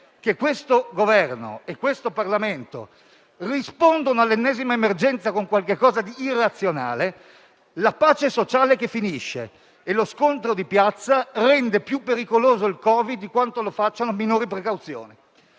che questo Governo e questo Parlamento rispondono all'ennesima emergenza con qualcosa d'irrazionale, la pace sociale finisce e lo scontro di piazza rende più pericoloso il Covid di quanto non lo facciano minori precauzioni.